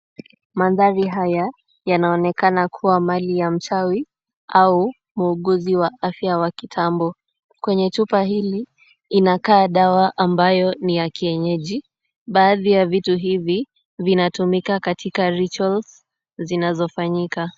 Mandhari haya yanaonekana kuwa mali ya mchawi au muuguzi wa afya wa kitambo. Kwenye chupa hili inakaa dawa ambayo ni ya kienyeji. Baadhi ya vitu hivi vinatumika katika rituals zinazofanyika.